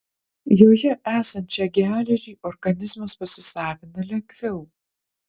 joje esančią geležį organizmas pasisavina lengviau